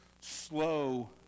slow